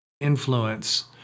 influence